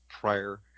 prior